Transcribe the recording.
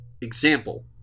example